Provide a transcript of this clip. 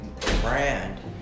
brand